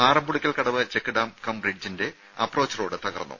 Arampulikkal Kadavu check dam cum ബ്രിഡ്ജിന്റെ approach road തകർന്നു